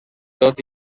tot